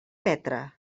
petra